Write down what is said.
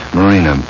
Marina